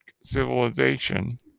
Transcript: civilization